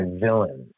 villains